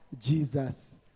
Jesus